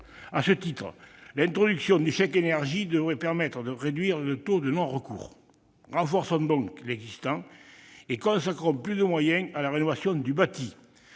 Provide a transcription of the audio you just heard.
À ce titre, l'introduction du chèque énergie devrait permettre de réduire le taux de non-recours. Renforçons donc l'existant et consacrons davantage de moyens à la rénovation du bâti.